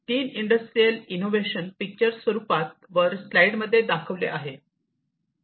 तीन industrial innovation picture स्वरूपात वर स्लाईड मध्ये दाखवले आहे